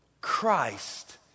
Christ